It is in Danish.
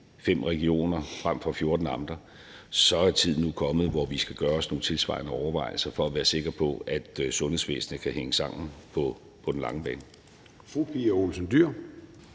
i 5 regioner frem for i 14 amter, så er tiden nu kommet, hvor vi skal gøre os nogle tilsvarende overvejelser for at være sikre på, at sundhedsvæsenet kan hænge sammen på den lange bane.